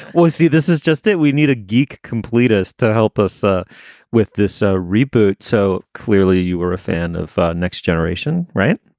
well, see, this is just it. we need a geek complete completist to help us ah with this ah reboot so clearly you were a fan of next generation. right?